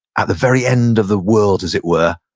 at the very end of the world as it were,